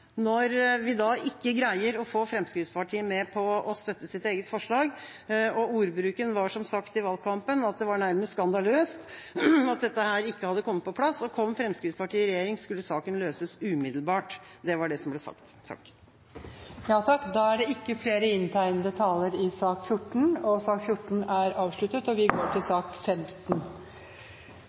når vi ikke greier å få Fremskrittspartiet med på å støtte sitt eget forslag. Ordbruken i valgkampen var som sagt at det var nærmest skandaløst at dette ikke var kommet på plass, og kom Fremskrittspartiet i regjering, skulle saken løses umiddelbart. Det var det som ble sagt. Flere har ikke bedt om ordet til sak